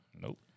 nope